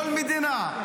כל מדינה,